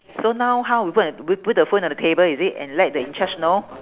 so now how we put and we put the phone on the table is it and let the in charge know